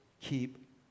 keep